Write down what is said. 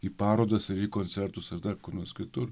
į parodas į koncertus ar dar kur nors kitur